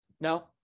No